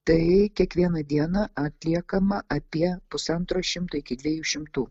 tai kiekvieną dieną atliekama apie pusantro šimto iki dviejų šimtų